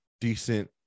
decent